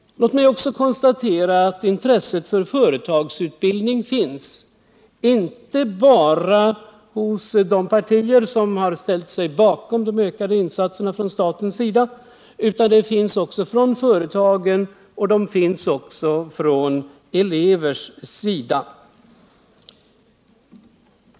Låt mig också konstatera att intresse för företagsutbildning finns, inte bara hos de partier som har ställt sig bakom förslaget om de ökade statliga insatserna utan också från företagens och elevernas sida.